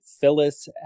Phyllis